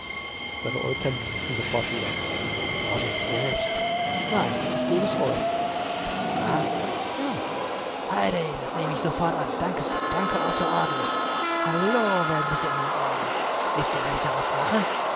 seine aeuglein blitzten sofort wieder das braucht ihr doch selbst nein ich gebe es euch ist's wahr ja heigh day das nehme ich sofort an danke sir danke außerordentlich halloo werden sich die andern ärgern wißt ihr was ich daraus mache